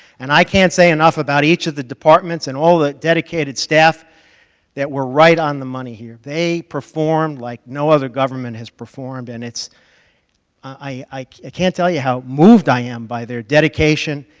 and i can't say enough about each of the departments and all the dedicated staff that were right on the money here. they performed like no other government has performed, and it's i ah can't tell you how moved i am by their dedication,